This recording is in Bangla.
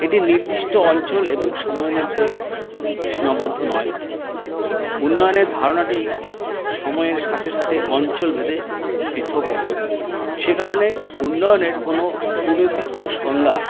এটির নির্দিষ্ট অঞ্চল এবং সময়ের মধ্যে সীমাবদ্ধ নয় উন্নয়নের ধারণাটি সময়ের সাথে সাথে অঞ্চল ভেদে পৃথকও হয় সে কারণে উন্নয়নের কোনো সুনির্দিষ্ট সংজ্ঞা